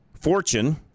Fortune